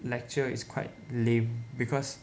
lecture is quite lame because